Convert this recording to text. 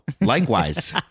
likewise